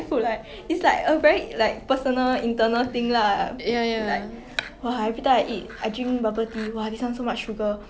mm